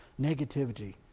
Negativity